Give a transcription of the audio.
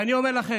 אני אומר לכם,